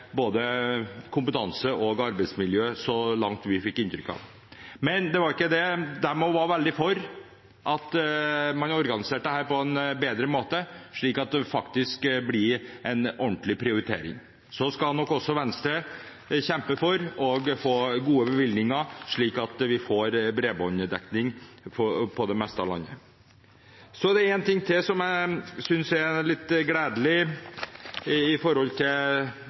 både kompetanse og arbeidsmiljø, så langt vi fikk inntrykk av. De var også veldig for at man organiserte dette på en annen måte, slik at det blir en ordentlig prioritering. Venstre skal nok kjempe for å få gode bevilgninger, slik at vi får bredbåndsdekning i det meste av landet. Det er en ting til jeg synes er litt gledelig,